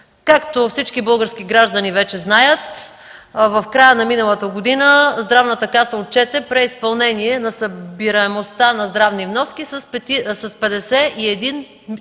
Както всички български граждани вече знаят, в края на миналата година Здравната каса отчете преизпълнение на събираемостта на здравни вноски с 51 млн.